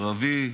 ערבי,